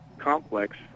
complex